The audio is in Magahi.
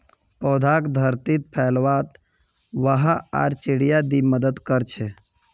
पौधाक धरतीत फैलवात हवा आर चिड़िया भी मदद कर छे